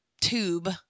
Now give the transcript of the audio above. tube